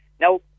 Now